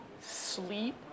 sleep